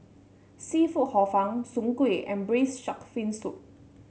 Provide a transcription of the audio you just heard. seafood Hor Fun Soon Kueh and Braised Shark Fin Soup